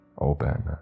Open